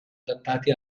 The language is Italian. adattati